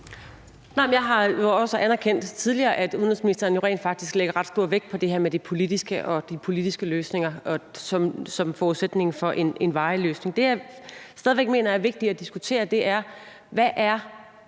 Jeg har jo også anerkendt tidligere, at udenrigsministeren rent faktisk lægger stor vægt på det her med de politiske løsninger som forudsætningen for en varig løsning. Det, jeg stadig væk mener er vigtigt at diskutere, er, hvad